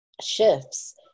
shifts